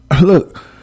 Look